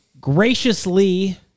graciously